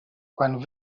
quan